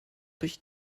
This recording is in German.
durch